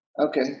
Okay